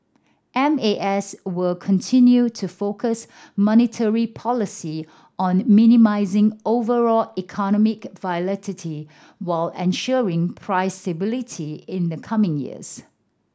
M A S will continue to focus monetary policy on minimising overall economic volatility while ensuring price stability in the coming years